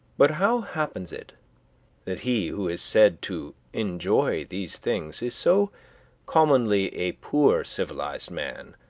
but how happens it that he who is said to enjoy these things is so commonly a poor civilized man,